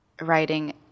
writing